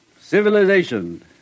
civilization